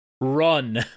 run